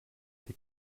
die